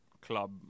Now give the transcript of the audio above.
club